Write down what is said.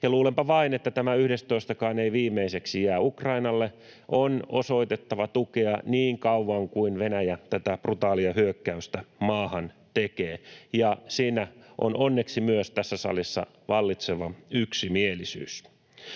luulenpa vain, että tämä yhdestoistakaan ei viimeiseksi jää. Ukrainalle on osoitettava tukea niin kauan kuin Venäjä tätä brutaalia hyökkäystä maahan tekee, ja siinä on onneksi myös tässä salissa vallitseva yksimielisyys.